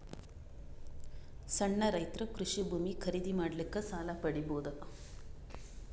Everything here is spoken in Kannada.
ಸಣ್ಣ ರೈತರು ಕೃಷಿ ಭೂಮಿ ಖರೀದಿ ಮಾಡ್ಲಿಕ್ಕ ಸಾಲ ಪಡಿಬೋದ?